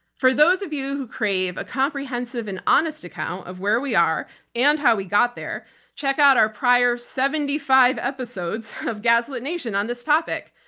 for those of you who crave a comprehensive and honest account of where we are and how we got there check out our prior seventy five episodes of gaslit nation on this topic.